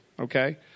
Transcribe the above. okay